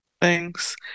Thanks